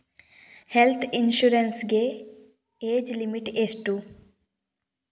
Health insurance ಗೆ age limit ಎಷ್ಟು?